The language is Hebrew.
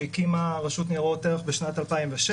שהקימה רשות ניירות ערך בשנת 2006,